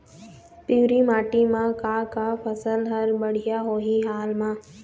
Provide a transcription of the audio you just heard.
पिवरी माटी म का का फसल हर बढ़िया होही हाल मा?